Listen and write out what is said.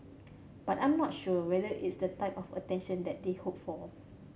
but I'm not sure whether it's the type of attention that they hoped for